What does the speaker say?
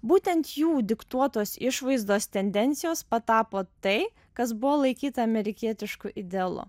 būtent jų diktuotos išvaizdos tendencijos patapo tai kas buvo laikyta amerikietišku idealu